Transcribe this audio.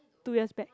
two years back